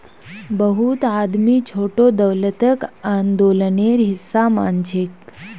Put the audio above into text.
बहुत आदमी छोटो दौलतक आंदोलनेर हिसा मानछेक